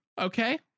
okay